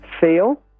feel